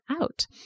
out